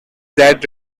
that